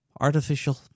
artificial